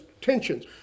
tensions